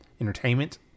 entertainment